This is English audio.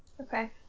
Okay